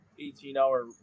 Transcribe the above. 18-hour